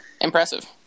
Impressive